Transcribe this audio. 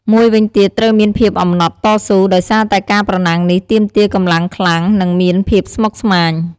មួយវិញទៀតត្រូវមានភាពអំណត់តស៊ូ ដោយសារតែការប្រណាំងនេះទាមទារកម្លាំងខ្លាំង និងមានភាពស្មុគស្មាញ។